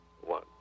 one